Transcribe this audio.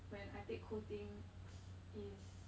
when I take cold things is